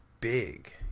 big